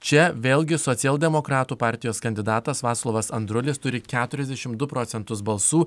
čia vėlgi socialdemokratų partijos kandidatas vaclovas andrulis turi keturiasdešimt du procentus balsų